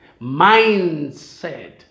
mindset